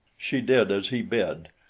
she did as he bid,